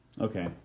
Okay